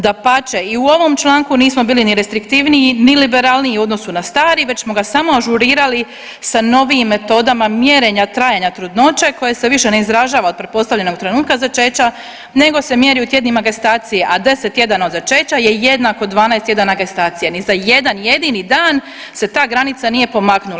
Dapače, u ovom članku nismo bili ni restriktivniji ni liberalniji u odnosu na stari, već smo ga samo ažurirali sa novim metodama mjerenja trajanja trudnoće koji se više ne izražava od pretpostavljenog trenutka začeća, nego se mjeri u tjednima gestacije, a 10. tjedana od začeća je jednako 12 tjedana gestacija, ni za jedan jedini dan se ta granica nije pomaknula.